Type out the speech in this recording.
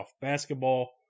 basketball